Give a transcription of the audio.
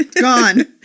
Gone